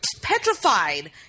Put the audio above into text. petrified